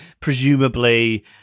presumably